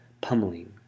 pummeling